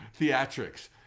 theatrics